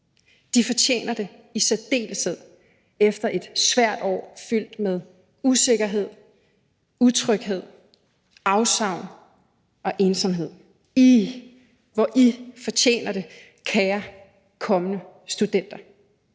De fortjener det i særdeleshed efter et svært år fyldt med usikkerhed, utryghed, afsavn og ensomhed. Ih, hvor I fortjener det, kære kommende studenter.